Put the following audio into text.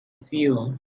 field